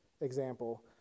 example